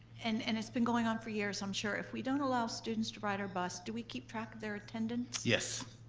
and and it's been going on for years, i'm sure. if we don't allow students to ride our bus, do we keep track of their attendance? yes,